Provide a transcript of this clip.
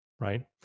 right